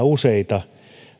useita